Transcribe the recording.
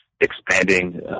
expanding